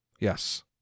Yes